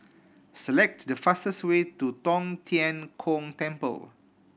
select the fastest way to Tong Tien Kung Temple